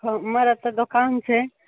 हमर अतऽ दोकान छै